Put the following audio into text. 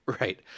Right